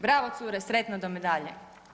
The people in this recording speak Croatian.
Bravo cure, sretno do medalje.